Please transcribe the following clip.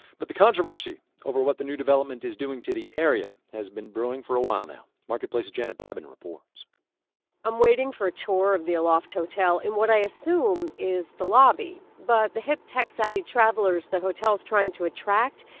but the controversy over what the new development is doing to the area has been brewing for a while marketplace's janet babin reports i'm waiting for a tour of the aloft hotel in what i assume is the lobby. but the hip, tech-savvy travelers the hotel is trying to attract,